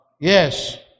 yes